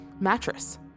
mattress